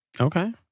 Okay